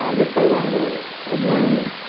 this by the way has ah a name,